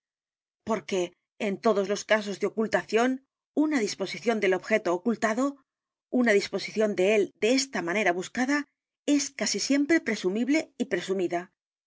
porque en todos los casos de ocultación una disposición del objeto ocultado una disposición de él en esta manera buscada es casi siempre presumible y presumida y